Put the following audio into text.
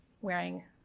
wearing